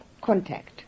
contact